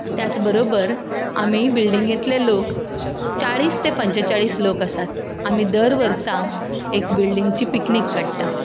त्याच बरोबर आमी बिल्डिंगेंतले लोक चाळीस ते पंचेचाळीस लोक आसात आमी दर वर्सा एक बिल्डिंगची पिकनीक काडटात